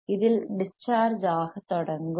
இதில் discharge ஆக தொடங்கும்